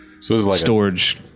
storage